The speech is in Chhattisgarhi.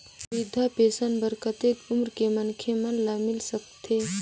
वृद्धा पेंशन बर कतेक उम्र के मनखे मन ल मिल सकथे?